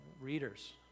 readers